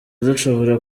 zishobora